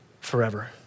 forever